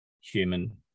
human